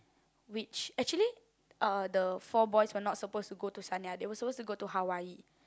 which actually uh the four boys were not supposed to go to Sanya they suppose to go to Hawaii